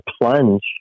plunge